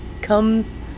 comes